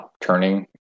turning